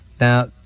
Now